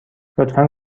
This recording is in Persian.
لطفا